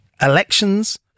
elections